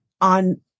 on